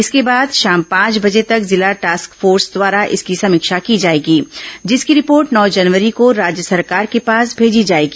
इसके बाद शाम पांच बजे तक जिला टास्क फोर्स द्वारा इसकी समीक्षा की जाएगी जिसकी रिपोर्ट नौ जनवरी को राज्य सरकार के पास भेजी जाएगी